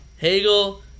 Hegel